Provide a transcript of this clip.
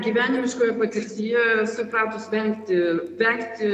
gyvenimiškoje patirtyje supratus vengti vengti